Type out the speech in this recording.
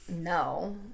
no